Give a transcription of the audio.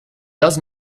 does